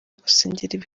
gusengera